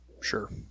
Sure